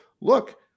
look